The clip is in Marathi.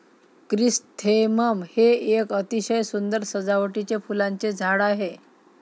क्रिसॅन्थेमम हे एक अतिशय सुंदर सजावटीचे फुलांचे झाड आहे